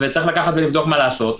ולבדוק מה לעשות.